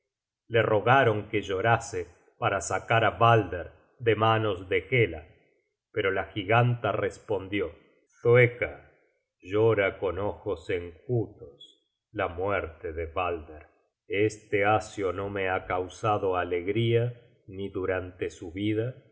la rogaron que llorase para sacar á balder de manos de hela pero la giganta respondió thoecka llora con ojos enjutos la muerte de balder este asio no me ha causado alegría ni durante su vida